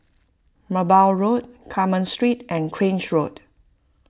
Merbau Road Carmen Street and Grange Road